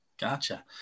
Gotcha